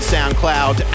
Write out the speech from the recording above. SoundCloud